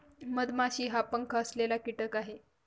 मधमाशी हा पंख असलेला कीटक आहे